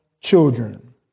children